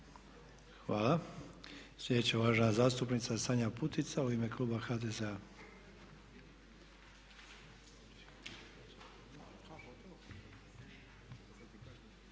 Hvala. Slijedeća uvažena zastupnica Sanja Putica u ime kluba HDZ-a.